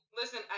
listen